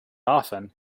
often